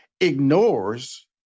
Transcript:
ignores